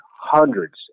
hundreds